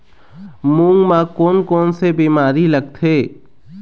मूंग म कोन कोन से बीमारी लगथे?